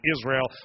Israel